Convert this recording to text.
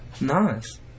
Nice